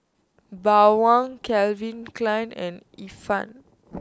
Bawang Calvin Klein and Ifan